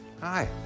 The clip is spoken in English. hi